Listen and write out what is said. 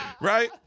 Right